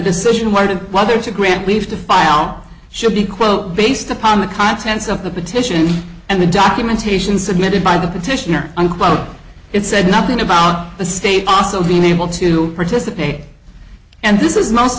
decision whether to whether to grant leave to file should be quote based upon the contents of the petition and the documentation submitted by the petitioner unquote it said nothing about the state also being able to participate and this is